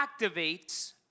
activates